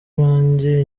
iwanjye